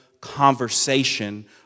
conversation